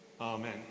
Amen